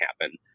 happen